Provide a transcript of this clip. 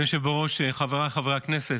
אדוני היושב בראש, חבריי חברי הכנסת,